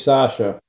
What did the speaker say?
Sasha